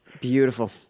Beautiful